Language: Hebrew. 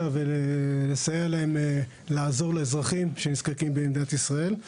ולסייע להם לעזור לאזרחים שנזקקים במדינת ישראל.